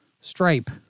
stripe